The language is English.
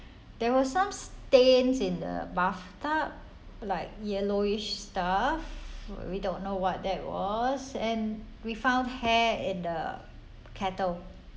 there were some stains in the bathtub like yellowish stuff we don't know what that was and we found hair in the kettle